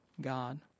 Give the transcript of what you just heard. God